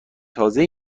تازه